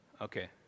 Okay